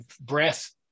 breath